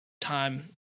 time